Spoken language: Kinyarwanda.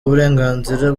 uburenganzira